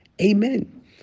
Amen